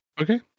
Okay